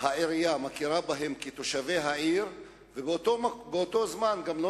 העירייה מכירה בהם כתושבי העיר ובאותו הזמן גם לא